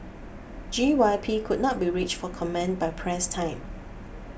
G Y P could not be reached for comment by press time